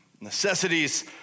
necessities